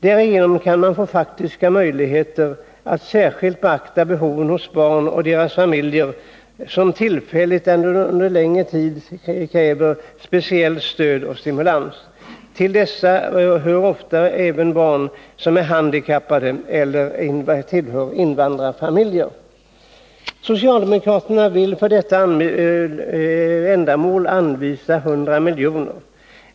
Därigenom kan man få faktiska möjligheter att särskilt beakta behoven hos de barn och deras familjer som tillfälligt eller under en längre tid kräver speciellt stöd och stimulans. Till dessa hör ofta även barn som är handikappade eller är från invandrarfamiljer. Socialdemokraterna vill anvisa 100 miljoner till detta ändamål.